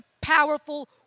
powerful